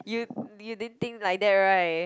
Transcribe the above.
you you didn't think like that [right]